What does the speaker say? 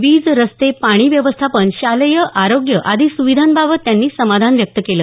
वीज रस्ते पाणी व्यवस्थापन शालेय आरोग्य आदी सुविधांबाबत त्यांनी समाधान व्यक्त केलं